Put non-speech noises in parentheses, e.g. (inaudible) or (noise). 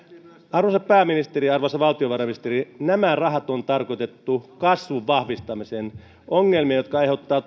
arvoisa pääministeri ja arvoisa valtiovarainministeri nämä rahat on tarkoitettu kasvun vahvistamiseen ongelmiin jotka aiheuttavat (unintelligible)